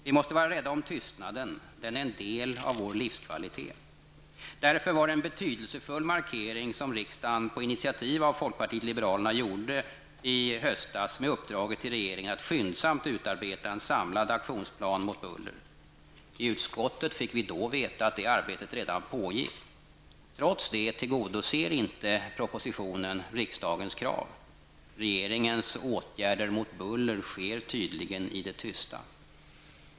Vi måste vara rädda om tystnaden, den är en del av vår livskvalitet. Därför var det en betydelsefull markering som riksdagen på initiativ av folkpartiet liberalerna gjorde i höstas med uppdraget till regeringen att skyndsamt utarbeta en samlad aktionsplan mot buller. I utskottet fick vi då veta att det arbetet redan pågick. Trots det tillgodoser inte propositionen riksdagens krav. Regeringens åtgärder mot buller sker tydligen i det tysta.